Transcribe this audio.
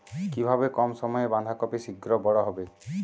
কিভাবে কম সময়ে বাঁধাকপি শিঘ্র বড় হবে?